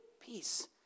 Peace